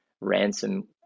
ransom